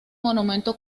monumento